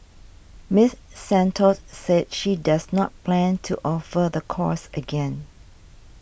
Miss Santos said she does not plan to offer the course again